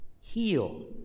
heal